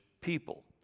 people